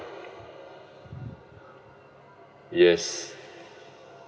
yes